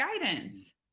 guidance